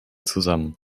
zusammen